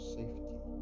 safety